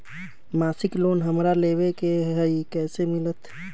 मासिक लोन हमरा लेवे के हई कैसे मिलत?